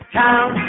town